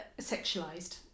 sexualized